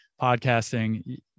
podcasting